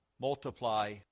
multiply